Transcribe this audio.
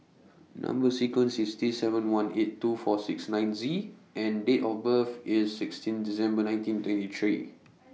Number sequence IS T seven one eight two four six nine Z and Date of birth IS sixteen December nineteen twenty three